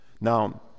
Now